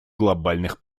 глобальных